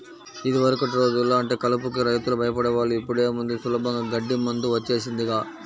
యిదివరకటి రోజుల్లో అంటే కలుపుకి రైతులు భయపడే వాళ్ళు, ఇప్పుడేముంది సులభంగా గడ్డి మందు వచ్చేసిందిగా